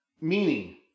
meaning